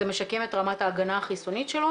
זה משקם את רמת ההגנה החיסונית שלו